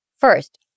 First